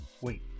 Wait